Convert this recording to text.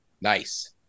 Nice